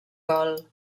gol